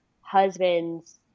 husband's